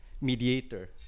mediator